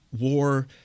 war